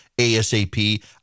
ASAP